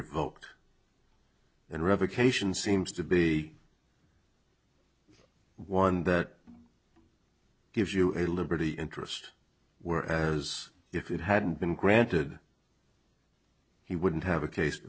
revoked and revocation seems to be one that gives you a liberty interest where as if it hadn't been granted he wouldn't have a case